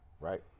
right